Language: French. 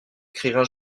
écrivain